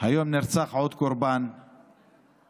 היום נרצח עוד קורבן בכפר,